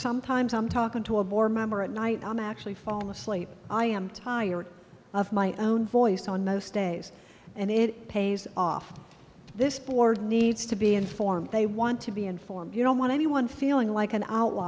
sometimes i'm talking to a board member at night i'm actually fall asleep i am tired of my own voice on most days and it pays off this board needs to be informed they want to be informed you don't want anyone feeling like an outl